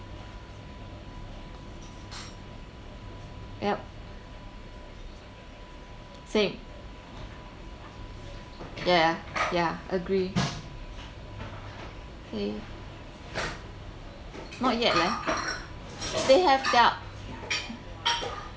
yup same yeah yeah agree kay not yet leh they have their